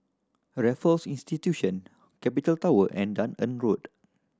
Raffles Institution Capital Tower and Dunearn Road